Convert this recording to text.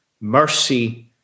mercy